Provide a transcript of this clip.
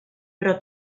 però